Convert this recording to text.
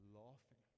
laughing